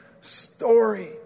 story